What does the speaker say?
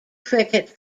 cricket